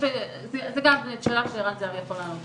זה גם שאלה שערן זהבי יכול לענות.